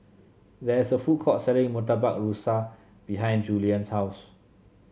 there's a food court selling Murtabak Rusa behind Juliann's house